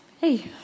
Hey